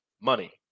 Money